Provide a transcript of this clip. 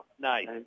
Nice